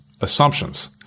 assumptions